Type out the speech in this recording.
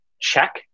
check